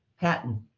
patent